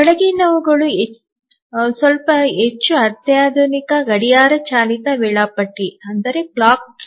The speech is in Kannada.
ಕೆಳಗಿನವುಗಳು ಸ್ವಲ್ಪ ಹೆಚ್ಚು ಅತ್ಯಾಧುನಿಕ ಗಡಿಯಾರ ಚಾಲಿತ ವೇಳಾಪಟ್ಟಿಗಳಾಗಿವೆ